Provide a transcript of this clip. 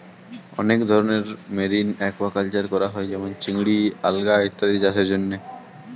অনেক ধরনের marine aquaculture করা হয় যেমন চিংড়ি, আলগা ইত্যাদি চাষের জন্যে